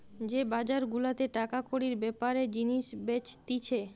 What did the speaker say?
যে বাজার গুলাতে টাকা কড়ির বেপারে জিনিস বেচতিছে